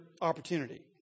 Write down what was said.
opportunity